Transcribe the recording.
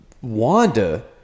Wanda